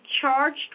charged